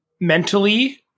mentally